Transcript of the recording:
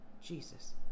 Jesus